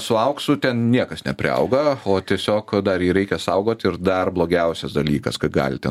su auksu ten niekas nepriauga o tiesiog dar jį reikia saugot ir dar blogiausias dalykas ką galite